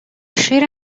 شیر